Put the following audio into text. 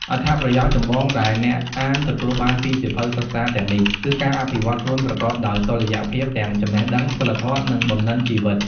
អត្ថប្រយោជន៍ចម្បងដែលអ្នកអានទទួលបានពីសៀវភៅសិក្សាទាំងនេះ គឺការអភិវឌ្ឍខ្លួនប្រកបដោយតុល្យភាពទាំងចំណេះដឹង សីលធម៌ និង បំណិនជីវិត។